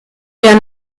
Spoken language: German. der